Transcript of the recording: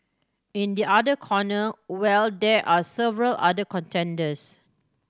in the other corner well there are several other contenders